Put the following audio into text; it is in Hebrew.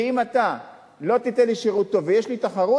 כי אם אתה לא תיתן לי שירות טוב ויש לי תחרות,